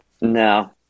No